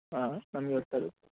ಹಾಂ ನಮಗೆ